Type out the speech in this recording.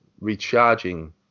recharging